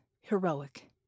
heroic